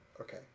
Okay